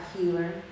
healer